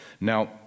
now